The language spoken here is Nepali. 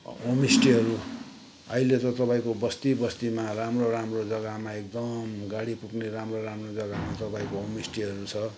होमस्टेहरू अहिले त तपाईँको बस्ती बस्तीमा राम्रो राम्रो जग्गामा एकदम गाडी पुग्ने राम्रो राम्रो जग्गामा तपाईँको होमस्टेहरू छ